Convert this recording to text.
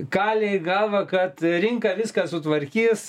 kalė į galvą kad rinka viską sutvarkys